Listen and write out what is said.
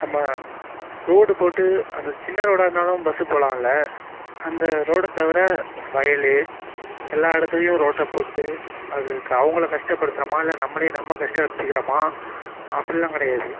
நம்ம ரோடு போட்டு அந்த சின்ன ரோடாக இருந்தாலும் பஸ்ஸு போகலாம் அதில் அந்த ரோடை தவிர வயல் எல்லா இடத்துலையும் ரோட்டை போட்டு அது க அவங்களை கஷ்டப்படுத்துகிறமா இல்லை நம்மளே நம்ம கஷ்டப்படுத்திக்கிறோமா அப்படிலாம் கிடையாது